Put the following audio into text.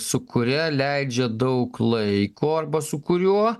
su kuria leidžia daug laiko arba su kuriuo